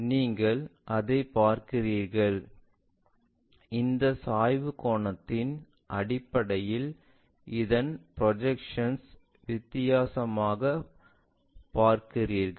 நீங்கள் அதைப் பார்க்கிறீர்கள் இந்த சாய்வு கோணத்தின் அடிப்படையில் இதன் ப்ரொஜெக்ஷன் வித்தியாசமாகப் பார்க்கிறீர்கள்